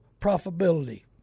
profitability